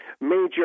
major